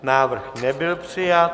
Návrh nebyl přijat.